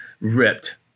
ripped